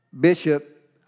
Bishop